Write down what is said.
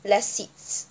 less seats